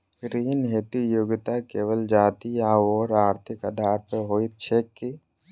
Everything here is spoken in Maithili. ऋण हेतु योग्यता केवल जाति आओर आर्थिक आधार पर होइत छैक की?